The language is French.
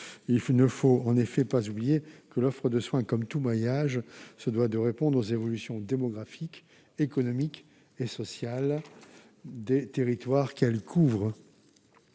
Il ne faut pas oublier que l'offre de soins, comme tout maillage, se doit de répondre aux évolutions démographiques, économiques et sociales des territoires qu'elle couvre.